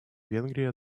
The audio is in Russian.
венгрии